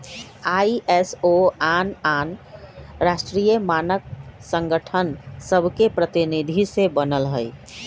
ISO आन आन राष्ट्रीय मानक संगठन सभके प्रतिनिधि से बनल हइ